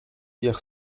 hier